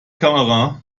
kamera